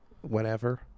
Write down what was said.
whenever